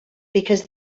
because